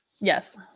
Yes